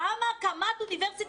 גם הקמת אוניברסיטה,